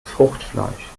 fruchtfleisch